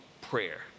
prayer